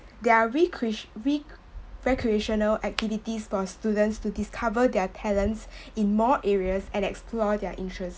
they are recre~ re~ recreational activities for students to discover their talents in more areas and explore their interest